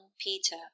Peter